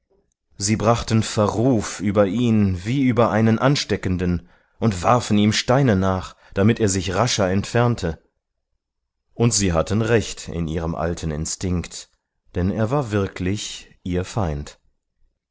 sie brachten verruf über ihn wie über einen ansteckenden und warfen ihm steine nach damit er sich rascher entfernte und sie hatten recht in ihrem alten instinkt denn er war wirklich ihr feind